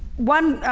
one